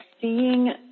seeing